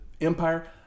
Empire